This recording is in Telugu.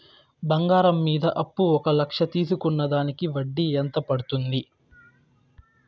బంగారం మీద అప్పు ఒక లక్ష తీసుకున్న దానికి వడ్డీ ఎంత పడ్తుంది?